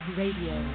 radio